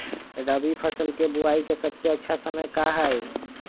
रबी फसल के बुआई के सबसे अच्छा समय का हई?